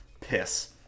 piss